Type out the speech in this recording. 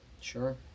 Sure